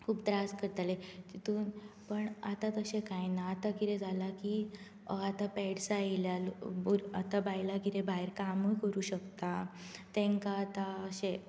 खूब त्रास करताले तेतून पण आतां तशें कांय ना आतां कितें जालां की आतां पॅड्सां येयल्या लोक भूर आतां बायलां कितें भायर कामूय करूं शकता तेंकां आतां अशें